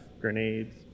grenades